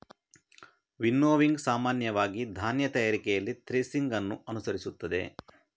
winnowing ಸಾಮಾನ್ಯವಾಗಿ ಧಾನ್ಯ ತಯಾರಿಕೆಯಲ್ಲಿ ಥ್ರೆಸಿಂಗ್ ಅನ್ನು ಅನುಸರಿಸುತ್ತದೆ